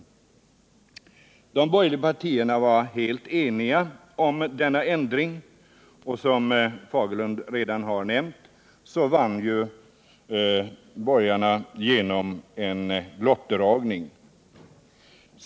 De borgerliga partierna var helt eniga om denna ändring. Som Bengt Fagerlund redan nämnt vann borgarna genom lottdragning.